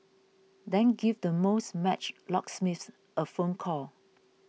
then give the most matched locksmiths a phone call